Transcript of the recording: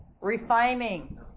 Refining